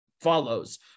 follows